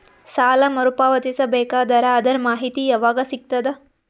ಸಾಲ ಮರು ಪಾವತಿಸಬೇಕಾದರ ಅದರ್ ಮಾಹಿತಿ ಯವಾಗ ಸಿಗತದ?